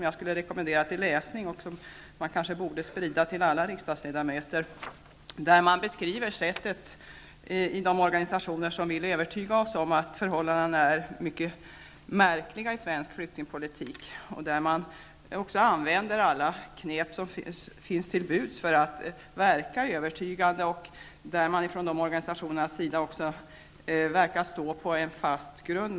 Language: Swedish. Jag rekommenderar denna broschyr till läsning och att den sprids till alla riksdagsledamöter. I broschyren beskrivs hur de organisationer som skall övertyga oss om att förhållandena är mycket märkliga i svensk flyktingpolitik går till väga. Dessa organisationer använder alla knep som står till buds för att verka övertygande och ge intryck av att stå på en fast grund.